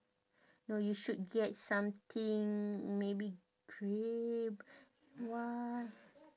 no you should get something maybe grey white